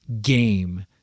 game